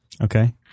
Okay